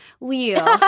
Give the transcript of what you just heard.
wheel